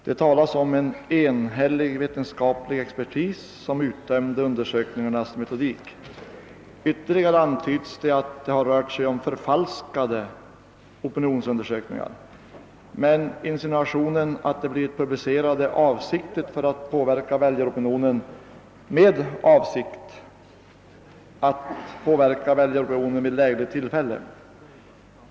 Man skriver att en enhällig vetenskaplig expertis har utdömt undersökningarnas metodik och antyder att det rör sig om förfalskade opinionsundersökningar. Vidare insinuerar man att resultaten publiceras i avsikt att påverka väljaropinionen vid lägligt tillfälle.